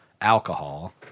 alcohol